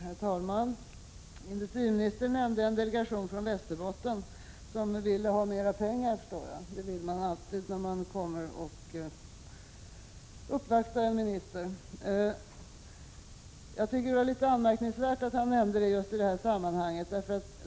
Herr talman! Industriministern nämnde en delegation från Västerbotten — som ville ha mera pengar, förstår jag. Det vill man alltid när man uppvaktar en minister. Jag tycker att det var litet anmärkningsvärt att industriministern nämnde det just i det här sammanhanget.